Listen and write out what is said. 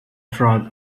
frog